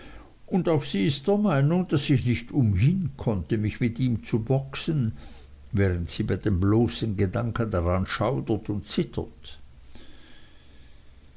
und auch sie ist der meinung daß ich nicht umhin konnte mich mit ihm zu boxen während sie bei dem bloßen gedanken daran schaudert und zittert